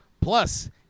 plus